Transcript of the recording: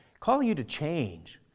calling you to change,